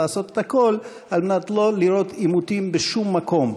לעשות את הכול כדי לא לראות עימותים בשום מקום,